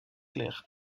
claire